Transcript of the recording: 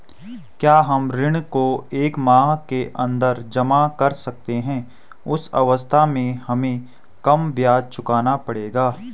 क्या हम ऋण को एक माह के अन्दर जमा कर सकते हैं उस अवस्था में हमें कम ब्याज चुकाना पड़ेगा?